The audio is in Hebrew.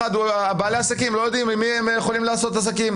בעלי העסקים לא יודעים עם מי הם יכולים לעשות עסקים,